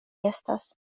estas